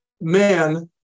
man